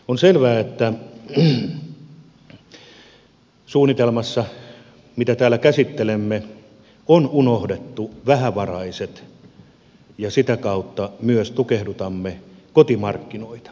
on selvää että suunnitelmassa mitä täällä käsittelemme on unohdettu vähävaraiset ja sitä kautta myös tukehdutamme kotimarkkinoita